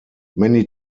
many